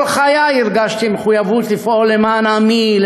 כל חיי הרגשתי מחויבות לפעול למען עמי,